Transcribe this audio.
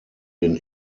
den